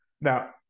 now